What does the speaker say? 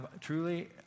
Truly